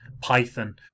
Python